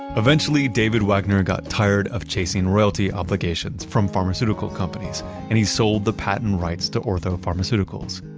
eventually david wagner got tired of chasing royalty obligations from pharmaceutical companies and he sold the patent rights to ortho pharmaceuticals.